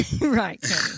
right